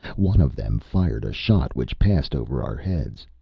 one of them fired a shot which passed over our heads.